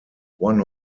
one